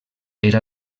era